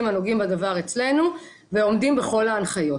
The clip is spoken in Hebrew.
הנוגעים בדבר אצלנו ועומדים בכל ההנחיות.